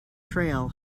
trail